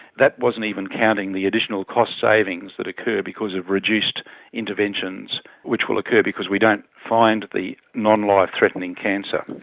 that wasn't even counting the additional cost savings that occur because of reduced interventions which will occur because we don't find the non-life-threatening cancer.